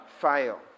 fail